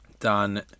done